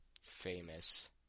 famous